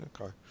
okay